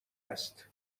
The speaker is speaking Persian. است